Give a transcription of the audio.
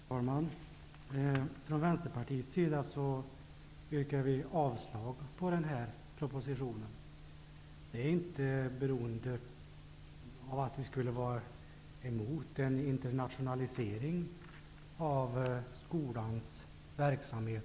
Fru talman! Från Vänsterpartiets sida yrkar vi avslag på den här propositionen. Det beror inte på att vi skulle vara emot en internationalisering av skolans verksamhet.